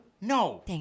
No